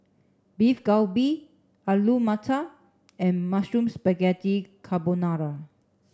Beef Galbi Alu Matar and Mushroom Spaghetti Carbonara